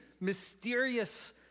mysterious